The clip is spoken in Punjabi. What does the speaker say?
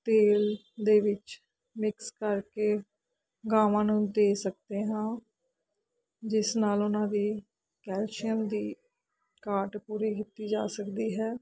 ਤੇਲ ਦੇ ਵਿੱਚ ਮਿਕਸ ਕਰਕੇ ਗਾਵਾਂ ਨੂੰ ਦੇ ਸਕਦੇ ਹਾਂ ਜਿਸ ਨਾਲ ਉਹਨਾਂ ਦੀ ਕੈਲਸ਼ੀਅਮ ਦੀ ਘਾਟ ਪੂਰੀ ਕੀਤੀ ਜਾ ਸਕਦੀ ਹੈ